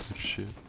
should